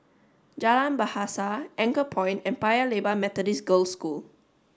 Jalan Bahasa Anchorpoint and Paya Lebar Methodist Girls' School